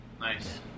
Nice